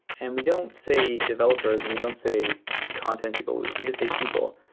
and we don't say developers and we don't say content people. we we just say people,